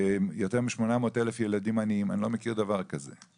יותר מ-800,000 ילדים עניים, אני לא מכיר דבר כזה.